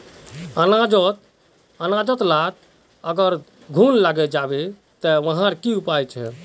अनाज लात अगर घुन लागे जाबे ते वहार की उपाय छे?